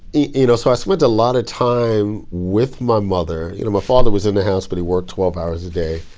you know so i spent a lot of time with my mother, you know my father was in the house but he worked twelve hours a day.